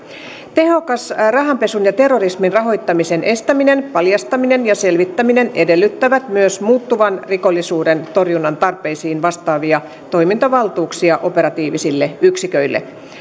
tehokas rahanpesun ja terrorismin rahoittamisen estäminen paljastaminen ja selvittäminen edellyttävät myös muuttuvan rikollisuuden torjunnan tarpeisiin vastaavia toimintavaltuuksia operatiivisille yksiköille